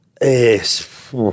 Yes